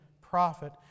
prophet